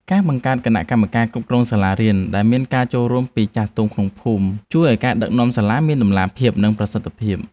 ការបង្កើតគណៈកម្មការគ្រប់គ្រងសាលារៀនដែលមានការចូលរួមពីចាស់ទុំក្នុងភូមិ ជួយឱ្យការដឹកនាំសាលាមានតម្លាភាពនិងប្រសិទ្ធភាព។